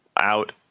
out